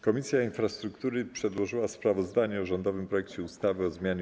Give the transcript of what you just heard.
Komisja Infrastruktury przedłożyła sprawozdanie o rządowym projekcie ustawy o zmianie